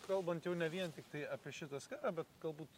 kalbant jau ne vien tiktai apie šitą skverą bet galbūt